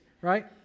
right